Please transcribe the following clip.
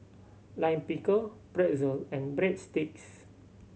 Lime Pickle Pretzel and Breadsticks